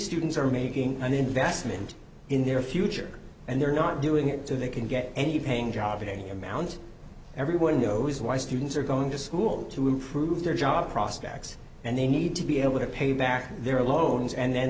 students are making an investment in their future and they're not doing it so they can get any paying job getting a mount everyone knows why students are going to school to improve their job prospects and they need to be able to pay back their loans and then